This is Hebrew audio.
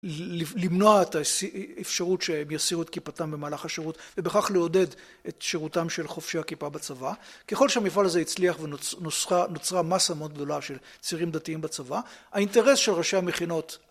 למנוע את האפשרות שהם יסירו את כיפתם במהלך השירות ובכך לעודד את שירותם של חופשי הכיפה בצבא ככל שהמפעל הזה הצליח ונוצרה מסה מאוד גדולה של צעירים דתיים בצבא האינטרס של ראשי המכינות